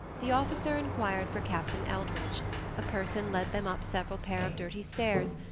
the officer enquired for captain eldridge a person led them up several pair of dirty stairs,